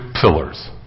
pillars